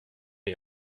est